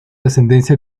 ascendencia